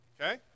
Okay